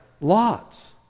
Lots